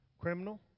criminal